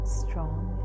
strong